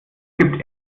gibt